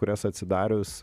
kurias atsidarius